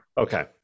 Okay